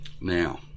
Now